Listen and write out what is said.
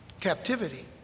captivity